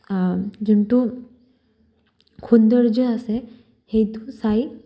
যোনটো সৌন্দৰ্য আছে সেইটো চাই